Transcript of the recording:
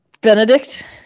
Benedict